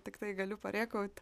tiktai galiu parėkaut